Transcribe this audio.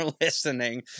listening